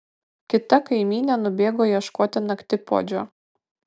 kita kaimynė nubėgo ieškoti naktipuodžio